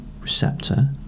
receptor